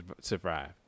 survive